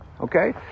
okay